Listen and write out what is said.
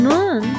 Moon